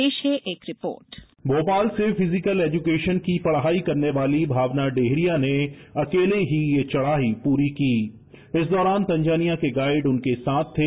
पेश है एक report cut voice cast Bhopal से फिजिकल एजुकेशन पढ़ाई करने वाली भावना डेहरिया ने अकेले ही यह चढ़ाई प्ररी की इस दौरान तंजानिया के गाइड उनके साथ थे